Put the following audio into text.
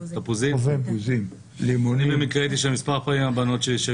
אני במקרה הייתי שם מספר פעמים עם הבנות שלי,